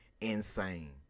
Insane